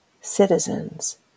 citizens